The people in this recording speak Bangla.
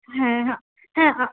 হ্যাঁ হ্যাঁ